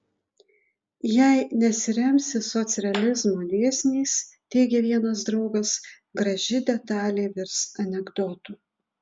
jei nesiremsi socrealizmo dėsniais teigė vienas draugas graži detalė virs anekdotu